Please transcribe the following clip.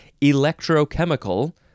Electrochemical